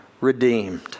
redeemed